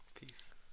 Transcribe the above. Peace